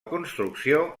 construcció